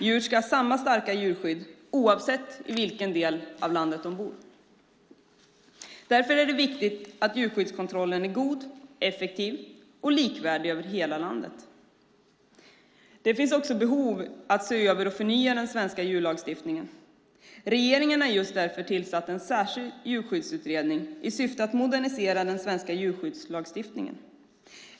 Djur ska ha samma starka djurskydd, oavsett i vilken del av landet de bor. Därför är det viktigt att djurskyddskontrollen är god, effektiv och likvärdig över hela landet. Det finns också ett behov av att se över och förnya den svenska djurlagstiftningen. Regeringen har därför tillsatt en särskild djurskyddsutredning i syfte att modernisera den svenska djurskyddslagstiftningen.